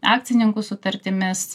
akcininkų sutartimis